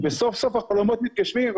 וסוף סוף החלומות מתגשמים,